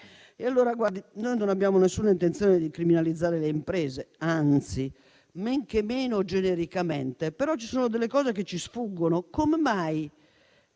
lavoro positivo. Noi non abbiamo alcuna intenzione di criminalizzare le imprese, men che meno genericamente, però ci sono delle cose che ci sfuggono: